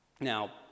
Now